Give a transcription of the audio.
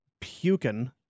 puking